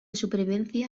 supervivencia